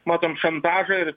matom šantažą ir